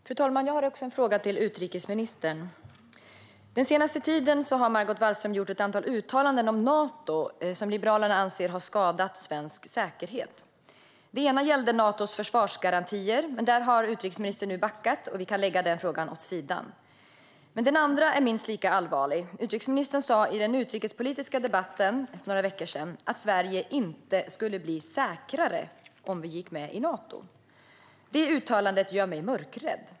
Fru talman! Jag har också en fråga till utrikesministern. Den senaste tiden har Margot Wallström gjort ett antal uttalanden om Nato som Liberalerna anser har skadat svensk säkerhet. Det ena gällde Natos försvarsgarantier, men där har utrikesministern nu backat, och vi kan lägga denna fråga åt sidan. Men det andra uttalandet är minst lika allvarligt. Utrikesministern sa i den utrikespolitiska debatten för några veckor sedan att Sverige inte skulle bli säkrare om vi gick med i Nato. Detta uttalande gör mig mörkrädd.